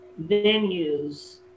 venues